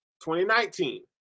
2019